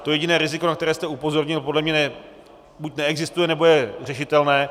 To jediné riziko, na které jste upozornil, podle mě buď neexistuje, nebo je řešitelné.